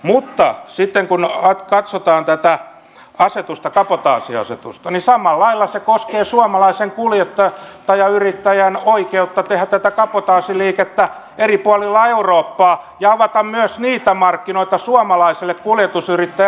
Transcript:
mutta sitten kun katsotaan tätä kabotaasiasetusta samalla lailla se koskee suomalaisen kuljettajayrittäjän oikeutta tehdä tätä kabotaasiliikennettä eri puolilla eurooppaa ja avaa niitä markkinoita myös suomalaisille kuljetusyrittäjille siellä